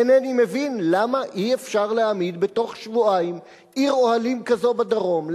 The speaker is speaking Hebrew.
אינני מבין למה אי-אפשר להעמיד בתוך שבועיים עיר אוהלים כזו בדרום,